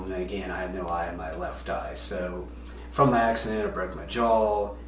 again i have no eye in my left eye, so from my accident i broke my jaw,